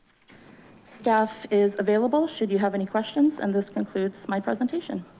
staff is available. should you have any questions? and this concludes my presentation.